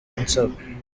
ansaba